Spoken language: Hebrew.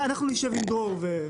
אנחנו נשב עם דרור.